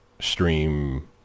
stream